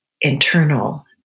internal